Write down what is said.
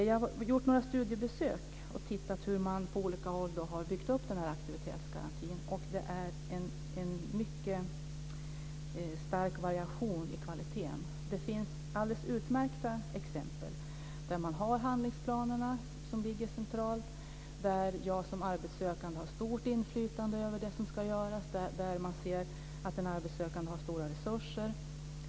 Jag har gjort några studiebesök och tittat på hur man på olika håll har byggt upp den här aktivitetsgarantin. Det är en mycket stark variation i kvaliteten. Det finns alldeles utmärkta exempel där man har handlingsplanerna, som ligger centralt, där jag som arbetssökande har stort inflytande över det som ska göras och där man ser att den arbetssökande har stora resurser.